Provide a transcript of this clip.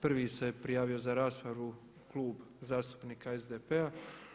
Prvi se prijavio za raspravu Klub zastupnika SDP-a.